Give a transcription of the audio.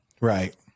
right